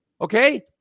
Okay